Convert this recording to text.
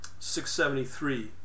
673